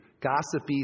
Gossipy